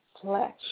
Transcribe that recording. flesh